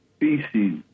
species